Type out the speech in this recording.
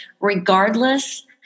regardless